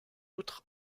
outre